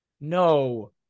No